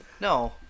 no